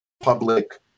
public